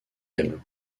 elle